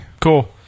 Cool